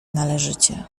należycie